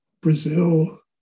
Brazil